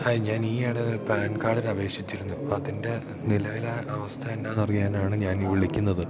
hi ഞാൻ ഈയിടെ ഒരു പാൻ കാർഡിന് അപേക്ഷിച്ചിരുന്നു അതിൻ്റെ നിലവിലെ അവസ്ഥ എന്താണെന്നറിയാനാണ് ഞാൻ ഈ വിളിക്കുന്നത്